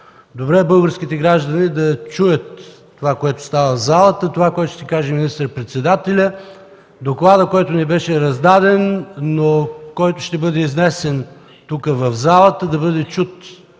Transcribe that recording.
Добре е българските граждани да чуят това, което става в залата и това, което ще каже министър-председателят, и докладът, който ни беше раздаден и който ще бъде изнесен в залата, да бъде чут